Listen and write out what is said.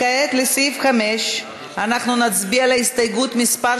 כעת לסעיף 5, אנחנו נצביע על הסתייגות מס'